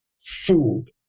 food